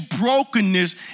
brokenness